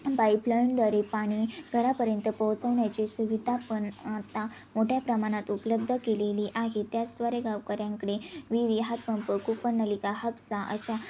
पाईपलाईनद्वारे पाणी घरापर्यंत पोहोचवण्याची सुविधा पण आता मोठ्या प्रमाणात उपलब्ध केलेली आहे त्याचद्वारे गावकऱ्यांकडे विहिरी हातपंप कूपननलिका हापसा अशा